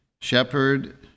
Shepherd